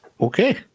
Okay